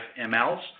mls